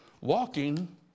walking